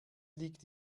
liegt